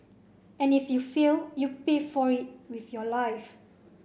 and if you fail you pay for it with your life